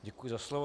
Děkuji za slovo.